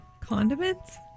Condiments